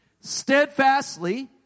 steadfastly